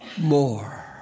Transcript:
more